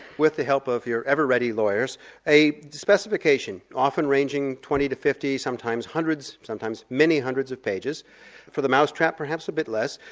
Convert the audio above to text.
with the help of your ever ready lawyers a specification often ranging twenty fifty, sometimes hundreds, sometimes many hundreds of pages for the mousetrap perhaps a bit less,